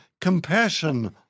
compassion